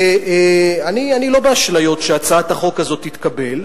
אני לא באשליות שהצעת החוק הזו תתקבל.